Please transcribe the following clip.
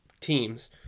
teams